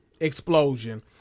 explosion